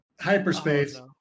hyperspace